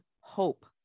hope